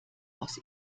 aus